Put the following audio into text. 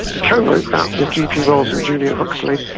he co-wrote that with gp wells and julian huxley,